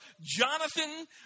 Jonathan